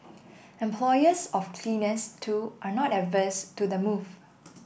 employers of cleaners too are not averse to the move